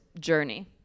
journey